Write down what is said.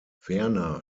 werner